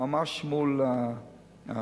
ממש מול האנטנה.